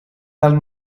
dal